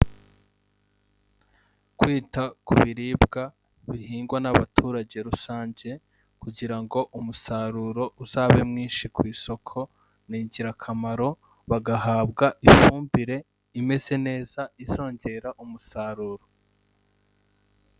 Kwita ku biribwa bihingwa n'abaturage rusange kugira ngo umusaruro uzabe mwinshi ku isoko, ni ingirakamaro bagahabwa ifumbire imeze neza izongera umusaruro.